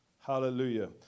Hallelujah